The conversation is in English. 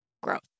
growth